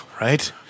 Right